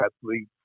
athletes